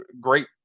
great